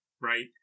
right